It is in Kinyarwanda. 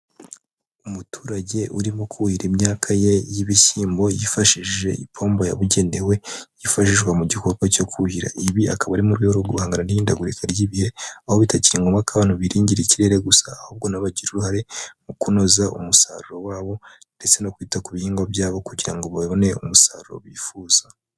Umuturage urimo kuhira imyaka ye y'ibishyimbo yifashishije ipombo yabugenewe yifashishwa mu gikorwa cyo kuhira. Ibi akaba ari mu rwego rwo guhangana n'ihindagurika ry'ibihe, aho bitakiri ngombwa ko abantu biringira ikirere gusa, ahubwo nabo bagire uruhare mu kunoza umusaruro wabo ndetse no kwita ku bihingwa byabo kugira ngo babone umusaruro bifuza.